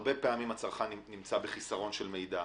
הרבה פעמים הצרכן נמצא בחיסרון של מידע.